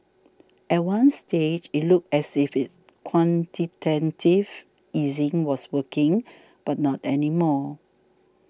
at one stage it looked as if quantitative easing was working but not any more